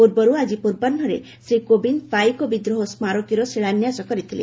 ପୂର୍ବରୁ ଆଜି ପୂର୍ବାହ୍ନରେ ଶ୍ରୀ କୋବିନ୍ଦ ପାଇକ ବିଦ୍ରୋହ ସ୍କାରକୀର ଶିଳାନ୍ୟାସ କରିଥିଲେ